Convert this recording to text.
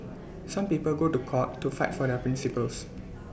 some people go to court to fight for their principles